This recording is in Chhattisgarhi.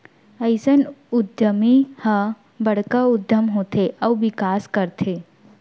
अइसन उद्यमी ह बड़का उद्यम होथे अउ बिकास करथे